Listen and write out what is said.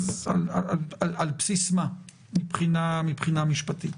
על בסיס מה מבחינה משפטית.